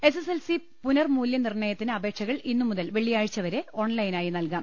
SSLC പുനർമൂല്യനിർണയത്തിന് അപേക്ഷകൾ ഇന്ന് മുതൽ വെള്ളിയാഴ്ച്ച വരെ ഓൺലൈനായി നൽകാം